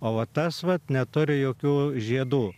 o vat tas vat neturi jokių žiedų